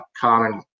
common